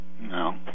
No